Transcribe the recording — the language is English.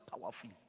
powerfully